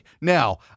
now